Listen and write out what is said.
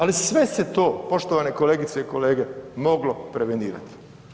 Ali sve se to poštovane kolegice i kolege moglo prevenirati.